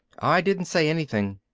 i didn't say anything.